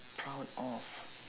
proud of